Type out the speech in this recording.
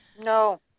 No